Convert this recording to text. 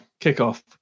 kickoff